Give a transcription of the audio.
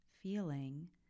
feeling